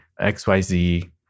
XYZ